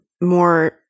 more